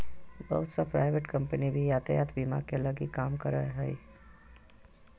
बहुत सा private company भी यातायात बीमा के लगी काम करते हइ